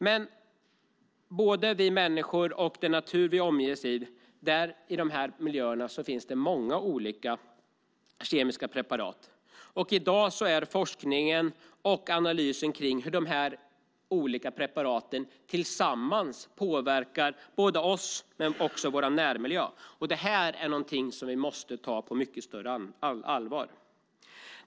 Men både i den miljö vi människor vistas och i den natur vi omges av finns många kemiska preparat. I dag är forskningen och analyserna av hur de olika preparaten tillsammans påverkar oss och vår närmiljö inte tillräcklig. Frågan måste tas på mycket större allvar.